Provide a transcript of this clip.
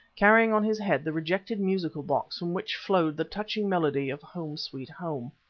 carrying on his head the rejected musical box from which flowed the touching melody of home, sweet home.